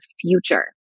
future